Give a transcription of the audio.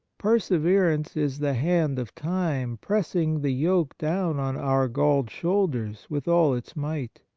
perseverance is the hand of time pressing the yoke down on our galled shoulders with all its might.